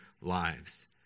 lives